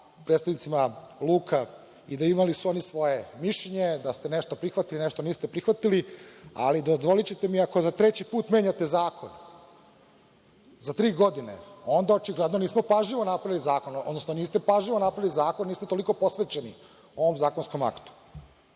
predstavnicima luka i da su imali svoje mišljenje, da su nešto prihvatili, nešto niste prihvatili, ali dozvolićete mi, ako za treći put menjate zakon za tri godine, onda očigledno nismo pažljivo napravili zakon, odnosno niste pažljivo napravili zakon, niste toliko posvećeni ovom zakonskom aktu.